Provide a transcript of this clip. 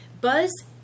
Buzz